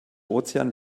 ozean